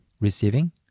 Receiving